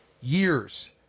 years